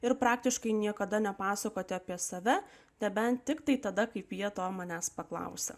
ir praktiškai niekada nepasakoti apie save nebent tiktai tada kaip jie to manęs paklausia